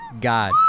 god